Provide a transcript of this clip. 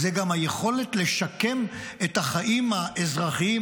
זאת גם היכולת לשקם את החיים האזרחיים,